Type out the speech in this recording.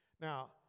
Now